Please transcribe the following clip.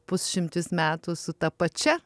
pusšimtis metų su ta pačia